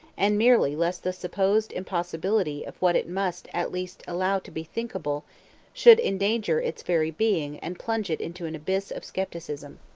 and merely lest the supposed impossibility of what it must at least allow to be thinkable should endanger its very being and plunge it into an abyss of scepticism.